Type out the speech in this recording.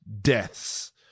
deaths